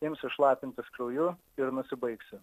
imsi šlapintis krauju ir nusibaigsi